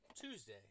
Tuesday